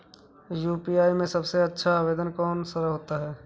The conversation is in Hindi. यू.पी.आई में सबसे अच्छा आवेदन कौन सा होता है?